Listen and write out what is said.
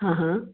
हा हा